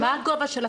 מה שמחייב החוק,